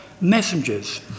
messengers